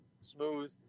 Smooth